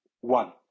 one